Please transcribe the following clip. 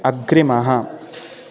अग्रिमः